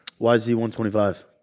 YZ125